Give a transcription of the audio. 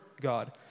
God